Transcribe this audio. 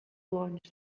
launch